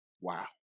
Wow